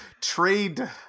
Trade